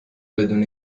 بدون